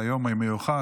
בגלל היום המיוחד,